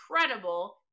incredible